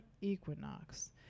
equinox